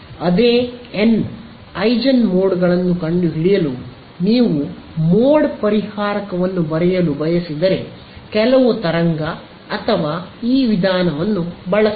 ಅದೇ ಎನ್ ಐಜೆನ್ಮೋಡ್ಗಳನ್ನು ಕಂಡುಹಿಡಿಯಲು ನೀವು ಮೋಡ್ ಪರಿಹಾರಕವನ್ನು ಬರೆಯಲು ಬಯಸಿದರೆ ಕೆಲವು ತರಂಗ ಅಥವಾ ಈ ವಿಧಾನವನ್ನು ಬಳಸಬಹುದು